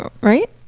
right